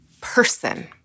person